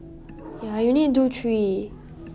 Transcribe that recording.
ya you need to do three